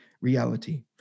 reality